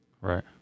Right